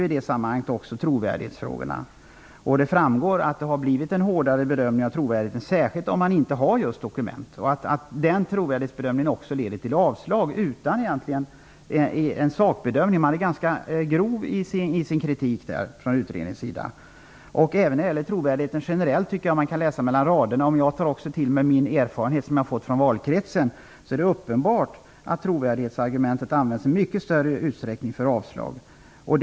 I detta sammanhang nämns också trovärdighetsfrågorna, och det framgår att det har blivit en hårdare bedömning av trovärdigheten, särskilt om man inte har dokument, och att trovärdighetsbedömningen också leder till avslag utan någon egentlig sakbedömning. Utredningen är ganska skarp i sin kritik. Jag tycker att man kan läsa mellan raderna att det är uppenbart att trovärdighetsargumentet används i mycket större utsträckning för avslag. Jag har också tagit till mig de erfarenheter som jag har fått i min egen valkrets.